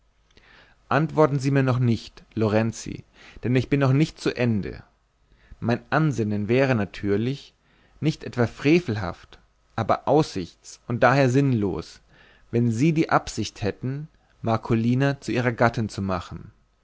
antworten sie mir noch nicht lorenzi denn ich bin noch nicht zu ende mein ansinnen wäre natürlich nicht etwa frevelhaft aber aussichts und daher sinnlos wenn sie die absicht hätten marcolina zu ihrer gattin zu machen